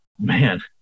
Man